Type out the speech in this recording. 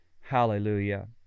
Hallelujah